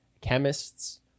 chemists